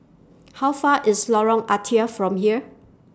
How Far IS Lorong Ah Thia from here